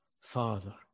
Father